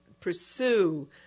pursue